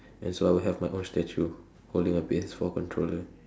and so I will have my own statue holding a P_S four controller